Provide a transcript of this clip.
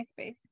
MySpace